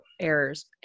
errors